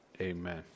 amen